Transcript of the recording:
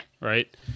right